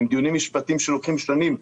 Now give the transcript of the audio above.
עם דיונים משפטיים שלוקחים שנים.